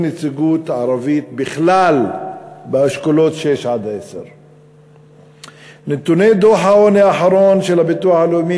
אין נציגות ערבית בכלל באשכולות 6 10. נתוני דוח העוני האחרון של הביטוח הלאומי,